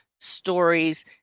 stories